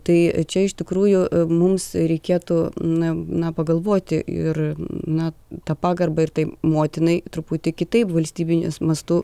tai čia iš tikrųjų mums reikėtų na na pagalvoti ir na tą pagarbą ir tai motinai truputį kitaip valstybiniu mastu